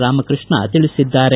ರಾಮಕೃಷ್ಣ ತಿಳಿಸಿದ್ದಾರೆ